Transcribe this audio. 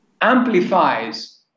amplifies